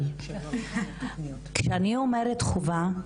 אבל כשאני אומרת חובה,